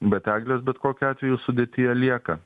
bet eglės bet kokiu atveju sudėtyje lieka